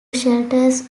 shelters